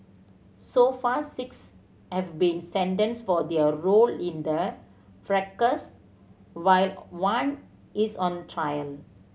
so far six have been sentenced for their role in the fracas while one is on trial